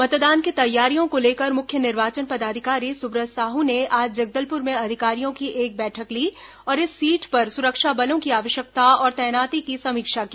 मतदान की तैयारियों को लेकर मुख्य निर्वाचन पदाधिकारी सुब्रत साहू ने आज जगदलपुर में अधिकारियों की एक बैठक ली और इस सीट पर सुरक्षा बलों की आवश्यकता और तैनाती की समीक्षा की